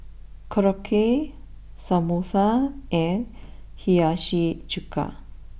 Korokke Samosa and Hiyashi Chuka